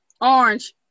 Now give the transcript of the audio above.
Orange